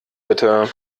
bitte